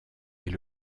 est